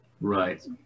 Right